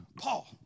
Paul